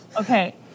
okay